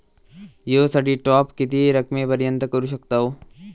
जिओ साठी टॉप किती रकमेपर्यंत करू शकतव?